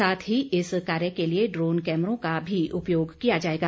साथ ही इस कार्य के लिए ड्रोन कैमरों का भी उपयोग किया जाएगा